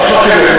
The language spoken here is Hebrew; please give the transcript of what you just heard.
תסלח לי,